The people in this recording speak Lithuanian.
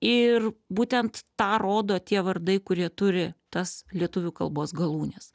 ir būtent tą rodo tie vardai kurie turi tas lietuvių kalbos galūnes